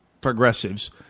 progressives